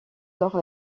alors